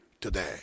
today